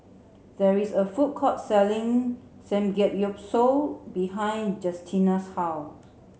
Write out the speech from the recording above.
there is a food court selling Samgeyopsal behind Justina's house